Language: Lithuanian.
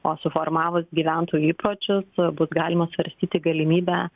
o suformavus gyventojų įpročius bus galima svarstyti galimybę